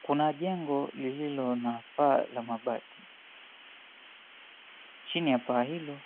Kuna jengo lililo na paa la mabati lenye rangi ya mangu tomato. Chini ya paa hilo